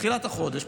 בתחילת החודש,